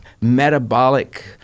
metabolic